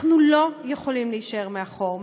אנחנו לא יכולים להישאר מאחור.